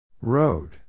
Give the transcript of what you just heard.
Road